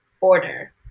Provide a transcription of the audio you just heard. order